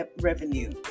revenue